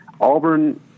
Auburn